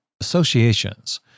associations